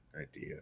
idea